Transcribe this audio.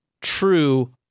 true